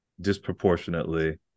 disproportionately